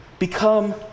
become